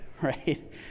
Right